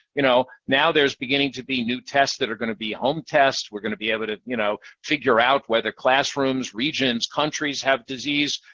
you know now there's beginning to be new tests that are going to be home tests. we're going to be able to you know figure out whether classrooms, regions, countries have disease.